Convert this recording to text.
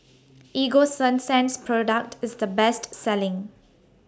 Ego Sunsense Product IS The Best Selling